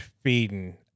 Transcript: feeding